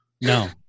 No